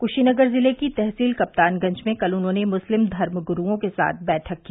क्शीनगर जिले की तहसील कप्तानगंज में कल उन्होंने मुस्लिम धर्मग्रूओं के साथ बैठक की